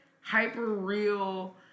hyper-real